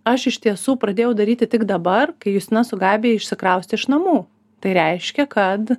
aš iš tiesų pradėjau daryti tik dabar kai justina su gabija išsikraustė iš namų tai reiškia kad